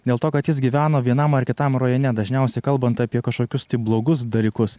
dėl to kad jis gyveno vienam ar kitam rajone dažniausiai kalbant apie kažkokius tai blogus dalykus